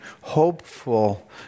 hopeful